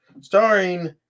Starring